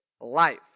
life